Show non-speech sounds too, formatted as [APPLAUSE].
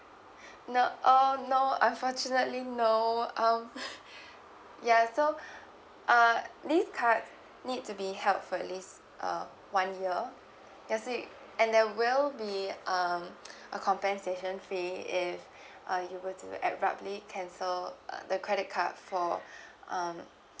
[BREATH] no uh no unfortunately no um [BREATH] yeah so [BREATH] uh this card need to be held for at least uh one year ya so you and there will be um [BREATH] a compensation fee if [BREATH] uh you were to abruptly cancel uh the credit card for [BREATH] um